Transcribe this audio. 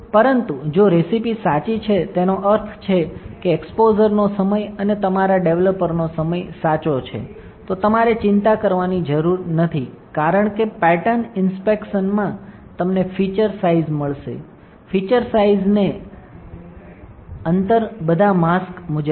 પરંતુ જો રેસીપી સાચી છે તેનો અર્થ છે કે એક્સપોઝરનો સમય અને તમારા ડેવલપરનો સમય સાચો છે તો તમારે ચિંતા કરવાની જરૂર નથી કારણ કે પેટર્ન ઇન્સ્પેક્શનમાં તમને ફીચર સાઇઝ મળશે ફીચર સાઇઝ ને અંતર બધા માસ્ક મુજબ છે